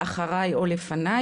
אחריי או לפניי,